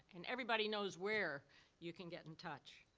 and everybody knows where you can get in touch.